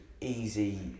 easy